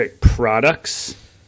products